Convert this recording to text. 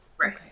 Right